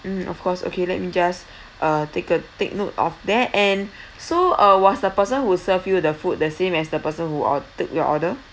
mm of course okay let me just uh take a take note of that and so uh was the person who serve you the food the same as the person who uh take your order